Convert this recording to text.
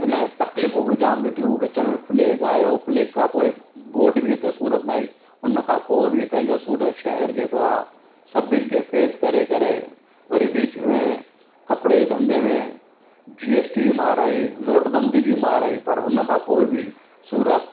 हिन तकलीफ़ूं बि जामु ॾिठियूं विच में प्लेग आयो प्लेग खां पोइ ॿोॾ बि हिते सूरत में आहिनि हुन खां पोइ बि पंहिंजो सूरत शहरु जेको आहे सभिनि खे फेस करे करे वरी विच में कपिड़े जे धंधे में जीएसटी जी मार आई नोट बंदी जी मार आई पर हुन खां पोइ बि सूरत